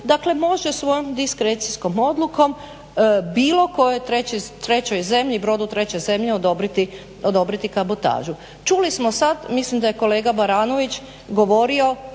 dakle može svojom diskrecijskom odlukom bilo kojoj trećoj zemlji, brodu treće zemlje odobriti kabotažu. Čuli smo sada mislim da je kolega Baranović govorio